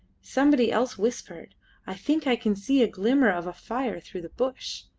somebody else whispered i think i can see a glimmer of a fire through the bush.